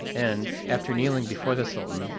and, after kneeling before the sultan,